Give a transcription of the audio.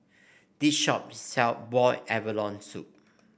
this shop sell Boiled Abalone Soup